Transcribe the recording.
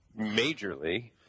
majorly